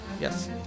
Yes